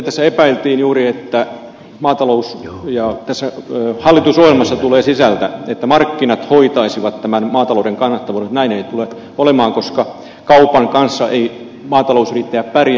tässä epäiltiin juuri että tässä hallitusohjelmassa tulee sisältä se että markkinat hoitaisivat tämän maatalouden kannattavuuden mutta näin ei tule olemaan koska kaupan kanssa ei maatalousyrittäjä pärjää